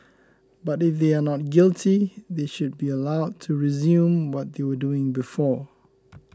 but if they are not guilty they should be allowed to resume what they were doing before